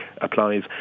applies